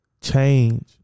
change